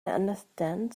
understand